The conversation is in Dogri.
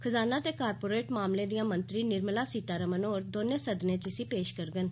खजाना ते कारपोरेट मामलें दिआ मंत्री निर्मला सीतारमण होर दौनें सदनें च इसी पेश करडन